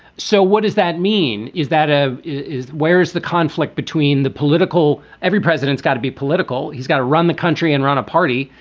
so what does that mean? is that a is where is the conflict between the political? every president's got to be political. he's got to run the country and run a party.